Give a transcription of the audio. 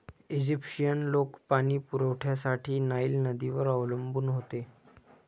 Egyptian लोक पाणी पुरवठ्यासाठी नाईल नदीवर अवलंबून होते